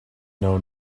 know